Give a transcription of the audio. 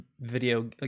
video